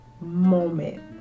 moment